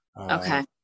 Okay